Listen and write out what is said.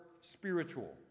spiritual